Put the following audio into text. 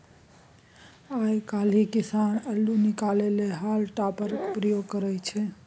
आइ काल्हि किसान अल्लु निकालै लेल हॉल टॉपरक प्रयोग करय छै